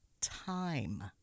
time